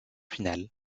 final